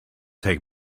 take